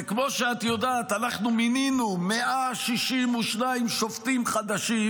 וכמו שאת יודעת, אנחנו מינינו 162 שופטים חדשים,